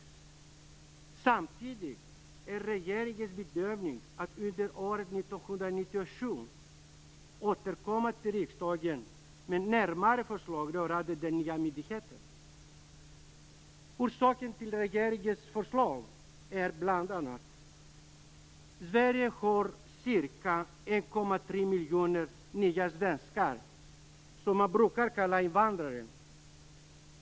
Samtidigt är regeringens bedömning att man under 1997 återkommer till riksdagen med närmare förslag rörande den nya myndigheten. Orsaken till regeringens förslag är bl.a. att Sverige har ca 1,3 miljoner "nya svenskar", som man brukar kalla invandrarna.